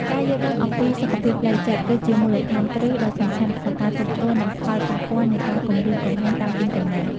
ការយល់ដឹងអំពីសុខភាពផ្លូវចិត្ត គឺជាមូលដ្ឋានគ្រឹះដ៏សំខាន់ក្នុងការទប់ទល់នឹងផលប៉ះពាល់នៃការគំរាមកំហែងតាមអ៊ីនធឺណិត។